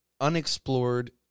unexplored